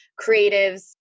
creatives